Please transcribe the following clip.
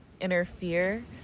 interfere